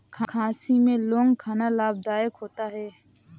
खांसी में लौंग खाना लाभदायक होता है